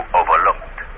overlooked